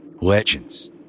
legends